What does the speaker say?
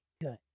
good